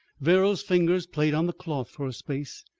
verrall's fingers played on the cloth for a space.